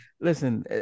Listen